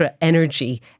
energy